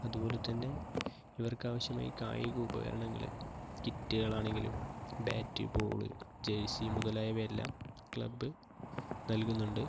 അതുപോലെത്തന്നെ ഇവർക്കാവിശ്യമായ കായിക ഉപകരണങ്ങളിൽ കിറ്റുകളാണെങ്കിലും ബാറ്റ് ബോള് ജേഴ്സി മുതലായവയെല്ലാം ക്ലബ് നൽകുന്നുണ്ട്